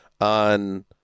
on